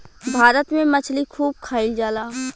भारत में मछली खूब खाईल जाला